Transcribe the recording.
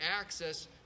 access